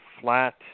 flat